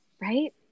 Right